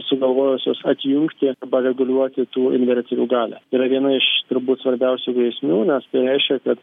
sugalvojusios atjungti arba reguliuoti tų inverterių galią yra viena iš turbūt svarbiausių grėsmių nes tai reiškia kad